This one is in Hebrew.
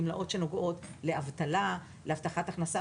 גמלאות שנוגעות לאבטלה, להבטחת הכנסה.